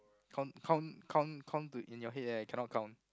count count count count to in your head eh I cannot count